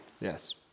Yes